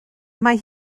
mae